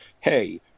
Hey